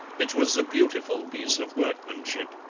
it was a beautiful piece of workmanship,